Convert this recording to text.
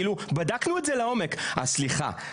אז סליחה,